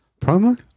Promo